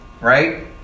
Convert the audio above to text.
right